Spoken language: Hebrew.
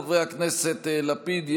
חברי הכנסת לפיד,